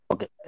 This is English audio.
Okay